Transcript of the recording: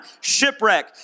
Shipwreck